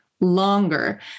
longer